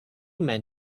men